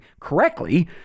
correctly